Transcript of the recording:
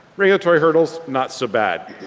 regulatory hurdles not so bad.